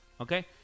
okay